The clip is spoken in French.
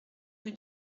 rue